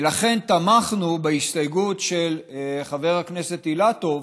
ולכן תמכנו בהסתייגות של חבר הכנסת אילטוב,